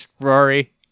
Rory